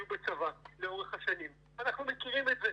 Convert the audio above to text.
תאונות היו בצבא לאורך השנים ואנחנו מכירים את זה.